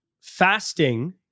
fasting